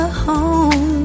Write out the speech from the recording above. home